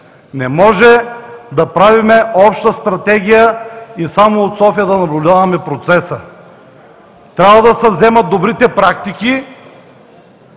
Не може да правим обща стратегия и само от София да наблюдаваме процеса. Трябва да се вземат добрите практики